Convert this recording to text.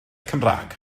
cymraeg